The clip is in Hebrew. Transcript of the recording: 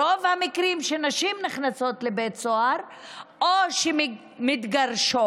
ברוב המקרים כשנשים נכנסות לבית סוהר או שהן מתגרשות,